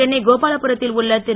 சென்னை கோபாலபுரத்தில் உள்ள திரு